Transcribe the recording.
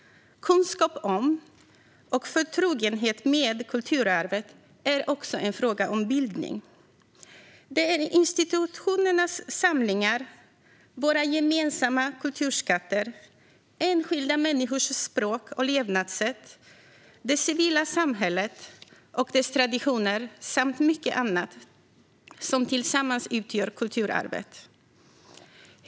Kunskap om och förtrogenhet med kulturarvet är också en fråga om bildning. Det är institutionernas samlingar, våra gemensamma kulturskatter, enskilda människors språk och levnadssätt, det civila samhället och dess traditioner samt mycket annat som tillsammans utgör kulturarvet.